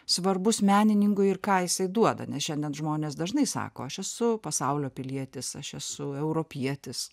svarbus menininkui ir ką jisai duoda nes šiandien žmonės dažnai sako aš esu pasaulio pilietis aš esu europietis